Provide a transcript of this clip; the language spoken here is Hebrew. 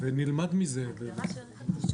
אתייחס באופן רחב יותר,